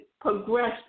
progress